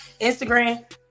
Instagram